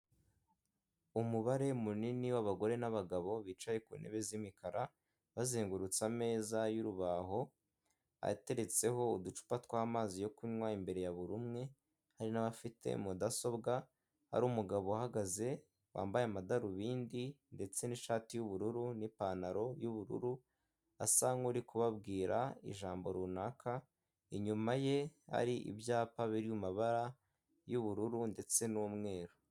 Umubare munini w'abagore n'abagabo bicaye ku ntebe z'imikara bazengurutse ameza y'urubaho ateretseho uducupa tw'amazi yo kunywa imbere ya buri umwe, hari n'abafite mudasobwa hari umugabo uhagaze wambaye amadarubindi ndetse n'ishati yubururu n'ipantaro y'ubururu asa nk'uri kubabwira ijambo runaka, inyuma ye hari ibyapa biri mu mabara y'ubururu ndetse n'umweru.